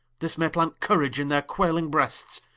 this may plant courage in their quailing breasts,